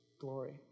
glory